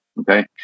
Okay